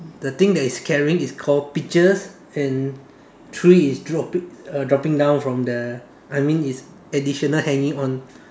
the thing that he's carrying is called peaches and three is dropping uh dropping down from the I mean is additional hanging on